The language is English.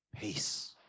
peace